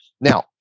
Now